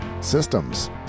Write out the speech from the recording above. systems